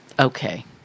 Okay